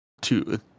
two